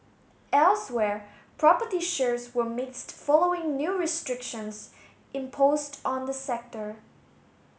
elsewhere property shares were mixed following new restrictions imposed on the sector